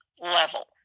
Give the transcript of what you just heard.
level